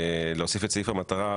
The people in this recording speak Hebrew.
להוסיף את סעיף המטרה,